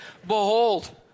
Behold